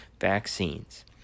vaccines